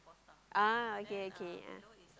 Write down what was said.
ah okay okay ah